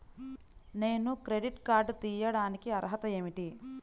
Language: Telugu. నేను క్రెడిట్ కార్డు తీయడానికి అర్హత ఏమిటి?